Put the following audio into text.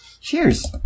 Cheers